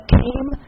came